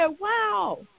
wow